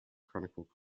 chronicle